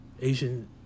Asian